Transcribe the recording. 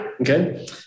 Okay